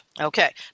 Okay